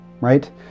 right